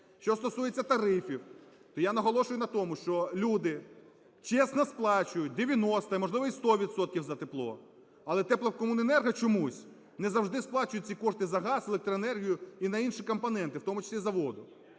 Що стосується тарифів. Я наголошую на тому, що люди чесно сплачують 90, можливо, і 100 відсотків за тепло. Алетеплокомуненерго чомусь не завжди сплачує ці кошти за газ, за електроенергію і на інші компоненти, в тому числі за воду.